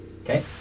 Okay